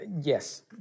yes